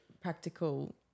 practical